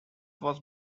was